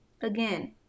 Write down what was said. Again